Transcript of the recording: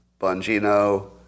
Bongino